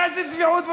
איזו צביעות.